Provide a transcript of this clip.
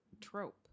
trope